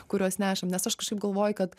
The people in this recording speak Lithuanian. kuriuos nešam nes aš kažkaip galvoju kad